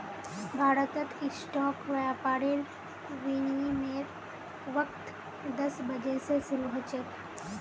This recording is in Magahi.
भारतत स्टॉक व्यापारेर विनियमेर वक़्त दस बजे स शरू ह छेक